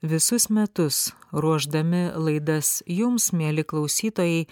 visus metus ruošdami laidas jums mieli klausytojai